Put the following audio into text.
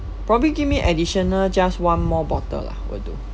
probably give me additional just one more bottle lah will do